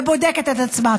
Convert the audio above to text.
ובודקת את עצמה.